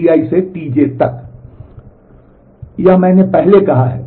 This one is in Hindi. यह मैंने पहले कहा है